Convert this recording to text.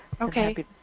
Okay